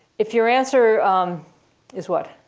if your answer is what